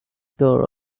tore